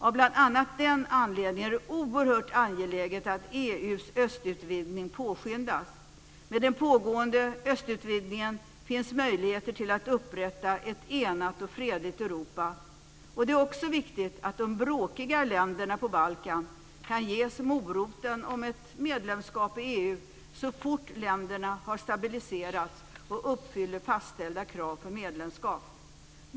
Av bl.a. den anledningen är det oerhört angeläget att EU:s östutvidgning påskyndas. Med den pågående östutvidgningen finns möjligheter att upprätta ett enat och fredligt Europa. Det är också viktigt att de "bråkiga" länderna på Balkan kan ges moroten ett medlemskap i EU så fort länderna har stabiliserats och uppfyller fastställda krav för medlemskap.